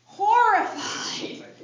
Horrified